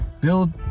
Build